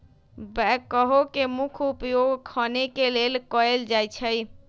backhoe के मुख्य उपयोग खने के लेल कयल जाइ छइ